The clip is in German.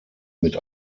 mit